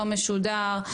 לא משודר,